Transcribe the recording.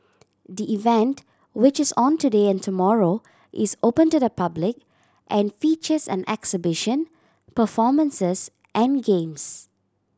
the event which is on today and tomorrow is open to the public and features an exhibition performances and games